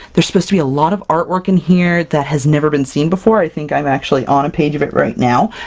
there's supposed to be a lot of artwork in here that has never been seen before! i think i'm actually on a page of it right now!